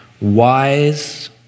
wise